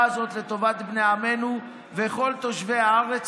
הזאת לטובת בני עמנו וכל תושבי הארץ,